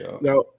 Now